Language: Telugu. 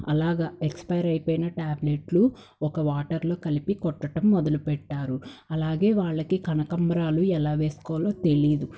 అలాగా ఎక్స్పైర్ అయిపోయిన టాబ్లెట్లు ఒక వాటర్లో కలిపి కొట్టటం మొదలు పెట్టారు అలాగే వాళ్ళకి కనకంబరాలు ఎలా వేసుకోవాలో తెలీదు